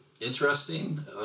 interesting